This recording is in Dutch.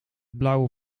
blauwe